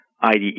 IDE